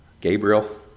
Gabriel